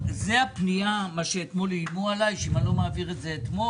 זאת הפנייה שאתמול איימו מה יהיה אם אני לא מעביר את זה אתמול?